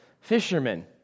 fishermen